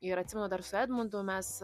ir atsimenu dar su edmundu mes